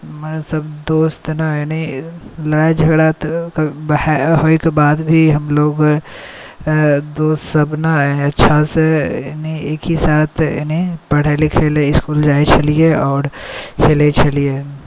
हमर सब दोस्त एना नहि लड़ाइ झगड़ा होइके बाद भी हमलोग दोस्तसब ने अच्छासँ ने एकहि साथ ने पढ़ै लिखैलए इसकुल जाइ छलिए आओर खेलै छलिए